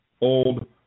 old